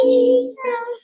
Jesus